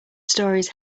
stories